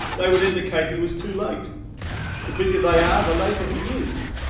they would indicate he was too late the bigger they are the later he is.